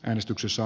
äänestyksessä